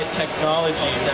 technology